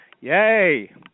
Yay